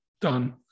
Done